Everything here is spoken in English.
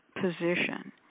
position